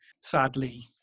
sadly